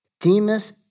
Demas